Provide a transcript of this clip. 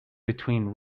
between